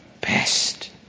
Best